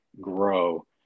grow